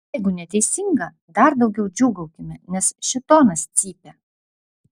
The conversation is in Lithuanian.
jeigu neteisinga dar daugiau džiūgaukime nes šėtonas cypia